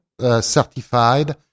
certified